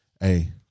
Hey